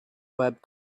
web